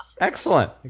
Excellent